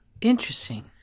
interesting